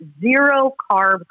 zero-carb